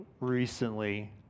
recently